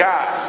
God